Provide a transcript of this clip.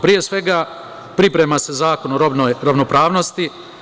Pre svega, priprema se zakon o rodnoj rodnopravnosti.